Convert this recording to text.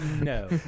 No